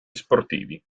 sportivi